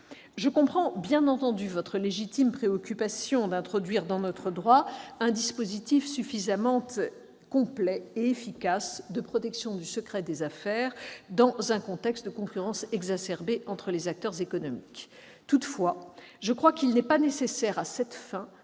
Je comprends, bien entendu, votre légitime préoccupation d'introduire dans notre droit un dispositif suffisamment complet et efficace de protection du secret des affaires, dans un contexte de concurrence exacerbée entre les acteurs économiques. Toutefois, je crois qu'il n'est pas nécessaire, à cette fin,